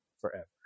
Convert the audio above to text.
forever